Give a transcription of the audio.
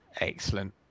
Excellent